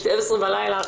ב12 בלילה,